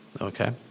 Okay